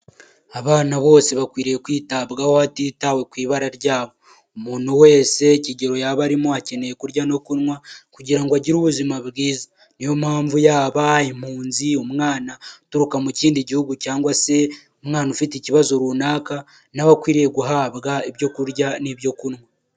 Abana bose bakwiriye kwitabwaho hatitawe ku ibara ryabo umuntu wese kigero yaba arimo akeneye kurya no kunywa kugira ngo agire ubuzima bwiza niyo mpamvu yaba impunzi, umwana uturuka mu kindi gihugu, cyangwa se umwana ufite ikibazo runaka nawe akwiriye guhabwa ibyo kurya n'ibyo kunywa.